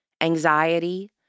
anxiety